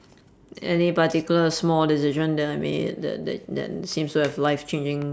any particular small decision that I made that that that seems to have life changing